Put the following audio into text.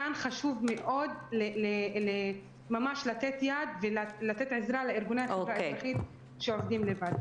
כאן חשוב מאוד ממש לתת יד ולתת עזרה לארגוני החברה האזרחית שעובדים לבד.